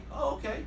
okay